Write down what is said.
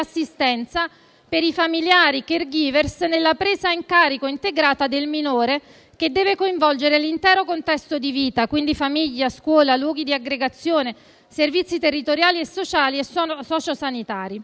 per i familiari e i *caregiver* nella presa in carico integrata del minore, che deve coinvolgere l'intero contesto di vita (famiglia, scuola, luoghi di aggregazione, servizi territoriali sociali e sociosanitari).